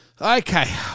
Okay